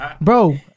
bro